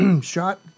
shot